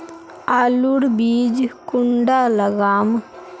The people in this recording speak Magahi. आलूर बीज कुंडा लगाम?